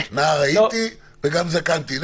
נער הייתי וגם זקנתי.